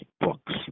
books